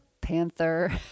Panther